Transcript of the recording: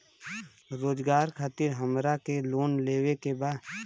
रोजगार खातीर हमरा के लोन लेवे के बा?